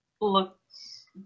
looks